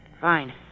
Fine